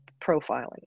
profiling